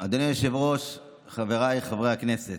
אדוני היושב-ראש, חבריי חברי הכנסת,